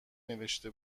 نوشته